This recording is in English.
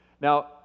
Now